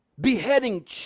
beheading